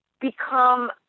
become